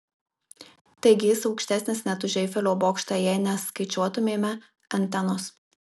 taigi jis aukštesnis net už eifelio bokštą jei neskaičiuotumėme antenos